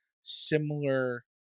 similar